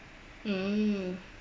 mm